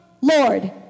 Lord